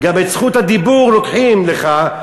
גם את זכות הדיבור לוקחים לך,